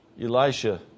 Elisha